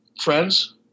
friends